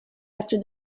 after